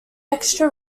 extra